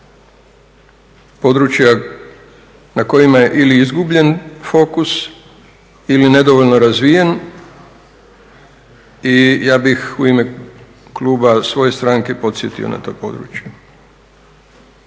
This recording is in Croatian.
područja na kojima je ili izgubljen fokus ili nedovoljno razvijen i ja bih u ime kluba svoje stranke podsjetio na ta područja.